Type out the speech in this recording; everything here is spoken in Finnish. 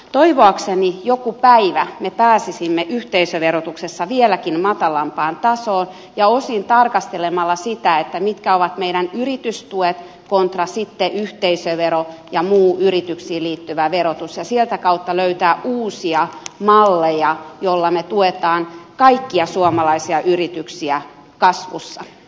toivoakseni joku päivä me pääsisimme yhteisöverotuksessa vieläkin matalampaan tasoon ja osin tarkastelemalla sitä mitkä ovat meidän yritystuet kontra yhteisövero ja muu yrityksiin liittyvä verotus ja sieltä kautta löytäisimme uusia malleja joilla me tuemme kaikkia suomalaisia yrityksiä kasvussa